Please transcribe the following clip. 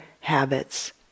habits